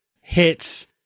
hits